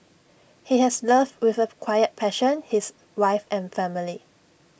he has loved with A quiet passion his wife and family